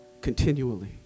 continually